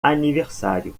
aniversário